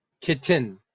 kitten